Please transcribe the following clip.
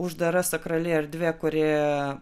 uždara sakrali erdvė kuri